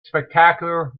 spectacular